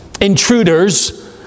intruders